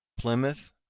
plymouth,